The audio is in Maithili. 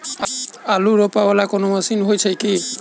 आलु रोपा वला कोनो मशीन हो छैय की?